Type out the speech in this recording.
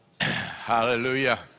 Hallelujah